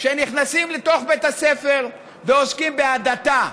שנכנסים לבתי הספר ועוסקים בהדתה.